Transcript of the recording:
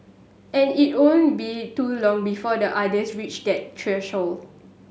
and it won't be too long before the otters reach that threshold